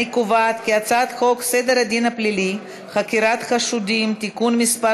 אני קובעת כי הצעת חוק סדר הדין הפלילי (חקירת חשודים) (תיקון מס'